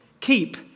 keep